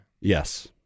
Yes